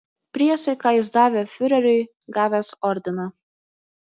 priesaiką jis davė fiureriui gavęs ordiną